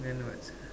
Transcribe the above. then what